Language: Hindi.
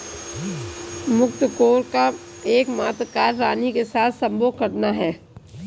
मुकत्कोर का एकमात्र कार्य रानी के साथ संभोग करना है